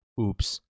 Oops